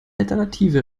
alternative